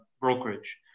brokerage